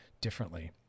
differently